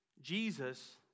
Jesus